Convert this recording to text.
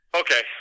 okay